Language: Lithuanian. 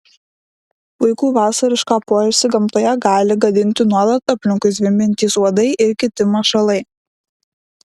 puikų vasarišką poilsį gamtoje gali gadinti nuolat aplinkui zvimbiantys uodai ir kiti mašalai